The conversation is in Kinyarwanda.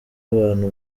abantu